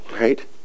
right